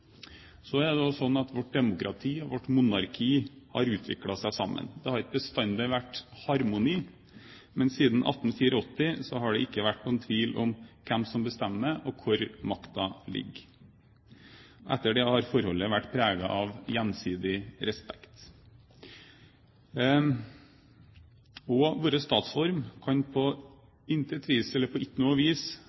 Så er det også slik at vårt demokrati og vårt monarki har utviklet seg sammen. Det har ikke bestandig vært harmoni, men siden 1884 har det ikke vært noen tvil om hvem som bestemmer, og hvor makten ligger. Etter det har forholdet vært preget av gjensidig respekt. Vår statsform kan ikke på noe vis sies å ha vært til begrensning eller